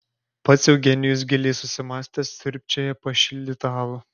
pats eugenijus giliai susimąstęs siurbčioja pašildytą alų